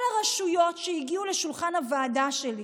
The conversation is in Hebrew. כל הרשויות שהגיעו לשולחן הוועדה שלי,